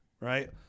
right